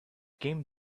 game